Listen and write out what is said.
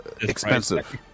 expensive